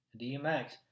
DMX